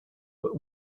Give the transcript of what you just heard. but